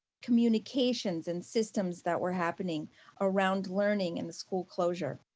communications and systems that were happening around learning and the school closure.